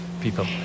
people